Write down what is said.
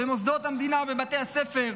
במוסדות המדינה ובבתי הספר,